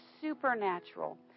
supernatural